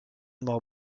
mort